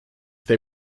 they